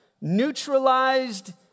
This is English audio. neutralized